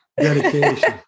dedication